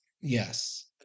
Yes